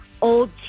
old